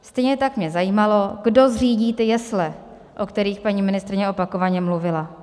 Stejně tak mě zajímalo, kdo zřídí ty jesle, o kterých paní ministryně opakovaně mluvila.